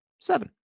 seven